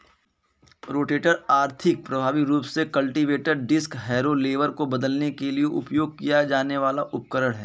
rotator आर्थिक, प्रभावी रूप से कल्टीवेटर, डिस्क हैरो, लेवलर को बदलने के लिए उपयोग किया जाने वाला उपकरण है